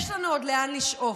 יש לנו עוד לאן לשאוף,